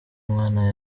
nkana